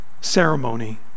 ceremony